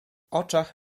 oczach